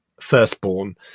firstborn